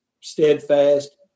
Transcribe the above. steadfast